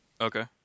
Okay